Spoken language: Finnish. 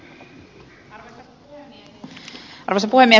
arvoisa puhemies